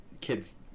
kids